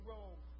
Rome